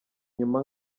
inyuma